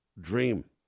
Dream